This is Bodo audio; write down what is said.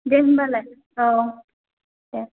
दे होमबालाय औ दे